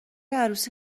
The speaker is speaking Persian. عروسی